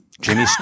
Jimmy